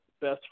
best